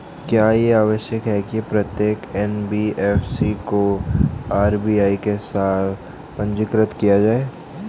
क्या यह आवश्यक है कि प्रत्येक एन.बी.एफ.सी को आर.बी.आई के साथ पंजीकृत किया जाए?